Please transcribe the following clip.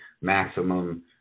maximum